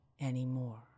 anymore